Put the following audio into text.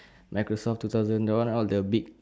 Microsoft two thousand that one all the big